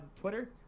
Twitter